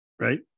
right